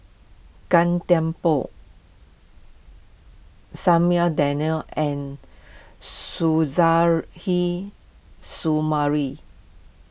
Gan Thiam Poh Samuel Dyer and Suzairhe Sumari